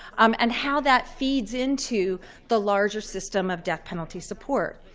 um and how that feeds into the larger system of death penalty support.